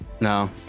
No